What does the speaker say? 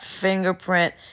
fingerprint